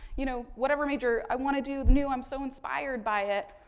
you know, whatever major, i want to do new, i'm so inspired by it,